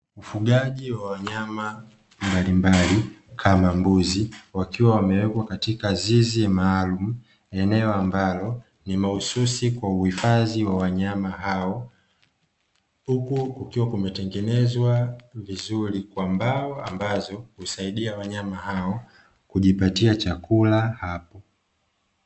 Ufugaji wa wanyama mbalimbali kama mbuzi wakiwa wamewekwa katika zizi maalumu eneo ambalo ni mahususi kwa uhifadhi wa wanyama hao, huku kukiwa kumetengenezwa vizuri kwa mbao ambazo husaidia wanyama hao kujipatia chakula hapo.